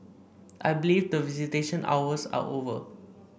I believe that visitation hours are over